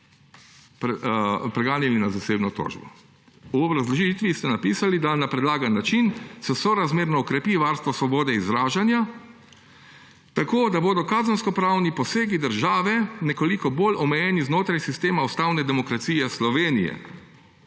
preganjana na zasebno tožbo. V obrazložitvi ste napisali, da na predlagan način se sorazmerno okrepi varstvo svobode izražanja, tako da bodo kazenskopravni posegi države nekoliko bolj omejeni znotraj sistema ustavne demokracije Slovenije.